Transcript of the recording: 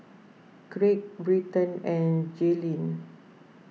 Craig Bryton and Gaylene